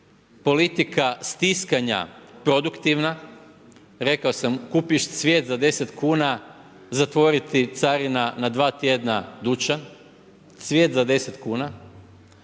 politika stiskanja produktivna, rekao sam, kupiš cvijet za 10 kuna, zatvori ti carina na dva tjedna dućan. Cvijet za 10 kuna.